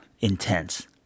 intense